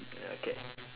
ya okay